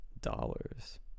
dollars